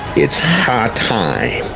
it's hot time